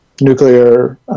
nuclear